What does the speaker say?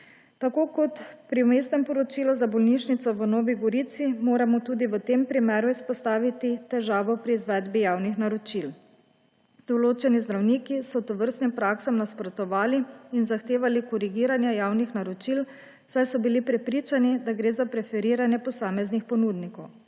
Tako kot pri vmesnem poročilu za bolnišnico v Novi Gorici moramo tudi v tem primeru izpostaviti težavo pri izvedbi javnih naročil. Določeni zdravniki so tovrstnim praksam nasprotovali in zahtevali korigiranje javnih naročil, saj so bili prepričani, da gre za preferiranje posameznih ponudnikov.